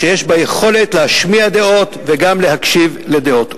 שיש בה יכולת להשמיע דעות וגם להקשיב לדעות.